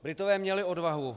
Britové měli odvahu.